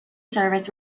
service